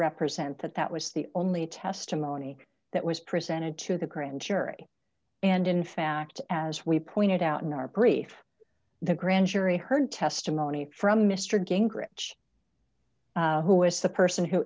represent that that was the only testimony that was presented to the grand jury and in fact as we pointed out in our brief the grand jury heard testimony from mr gingrich whois the person who